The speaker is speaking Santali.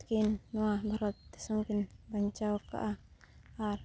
ᱠᱤᱱ ᱱᱚᱣᱟ ᱵᱷᱟᱨᱚᱛ ᱫᱤᱥᱚᱢ ᱠᱤᱱ ᱵᱟᱧᱪᱟᱣ ᱟᱠᱟᱫᱟ ᱟᱨ